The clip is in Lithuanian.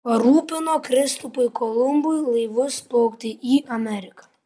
parūpino kristupui kolumbui laivus plaukti į ameriką